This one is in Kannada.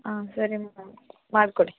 ಹಾಂ ಸರಿ ಮೇಡಮ್ ಮಾಡಿಕೊಡಿ